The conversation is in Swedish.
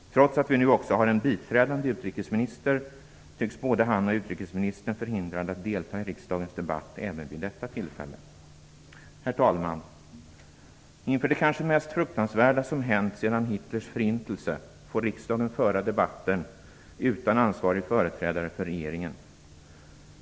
Trots att vi nu också har en biträdande utrikesminister tycks både han och utrikesministern vara förhindrade att delta i riksdagens debatt även vid detta tillfälle. Herr talman! Inför det kanske mest fruktansvärda som hänt sedan Hitler genomförde förintelsen får riksdagen föra debatten utan ansvarig företrädare för regeringen.